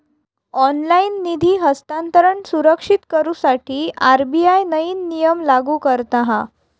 online निधी हस्तांतरण सुरक्षित करुसाठी आर.बी.आय नईन नियम लागू करता हा